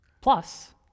Plus